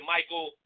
Michael